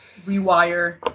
Rewire